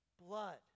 blood